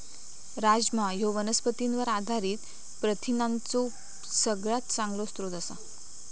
राजमा ह्यो वनस्पतींवर आधारित प्रथिनांचो सगळ्यात चांगलो स्रोत आसा